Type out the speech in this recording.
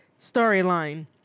storyline